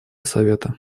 совета